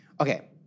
Okay